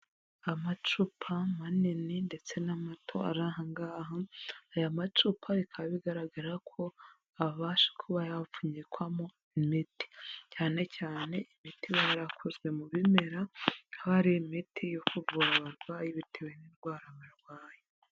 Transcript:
Amacupa manini ndetse n'amato ari ahangaha, aya macupa bikaba bigaragara ko abasha kuba.